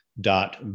dot